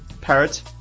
Parrot